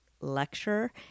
lecture